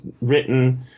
written